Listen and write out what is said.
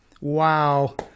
Wow